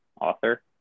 author